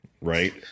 Right